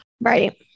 Right